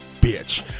bitch